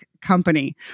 company